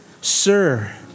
Sir